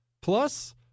Plus